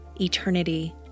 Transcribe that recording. eternity